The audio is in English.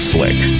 Slick